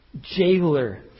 jailer